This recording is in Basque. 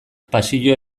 pasio